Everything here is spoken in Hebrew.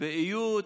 באיות,